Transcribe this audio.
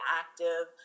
active